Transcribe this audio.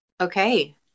Okay